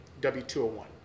W201